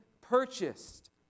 purchased